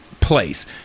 place